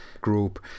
group